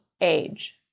age